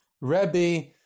Rebbe